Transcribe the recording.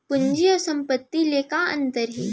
पूंजी अऊ संपत्ति ले का अंतर हे?